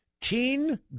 Teen